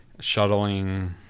shuttling